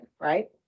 right